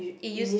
it used